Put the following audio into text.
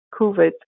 COVID